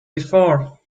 before